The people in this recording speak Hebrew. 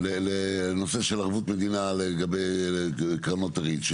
לנושא של ערבות מדינה לגבי קרנות --- שהוא